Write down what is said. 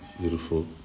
beautiful